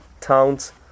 towns